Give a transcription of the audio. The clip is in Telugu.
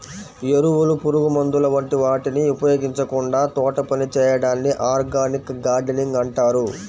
ఎరువులు, పురుగుమందుల వంటి వాటిని ఉపయోగించకుండా తోటపని చేయడాన్ని ఆర్గానిక్ గార్డెనింగ్ అంటారు